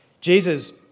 Jesus